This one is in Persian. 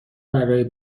برای